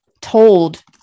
told